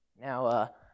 Now